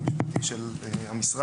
מהייעוץ המשפטי של המשרד,